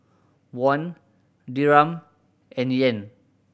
Won Dirham and Yen